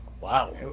Wow